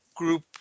group